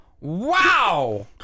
wow